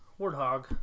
Warthog